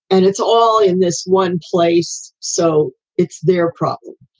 and it's all in this one place. so it's their problem.